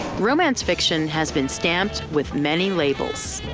romance fiction has been stamped with many labels.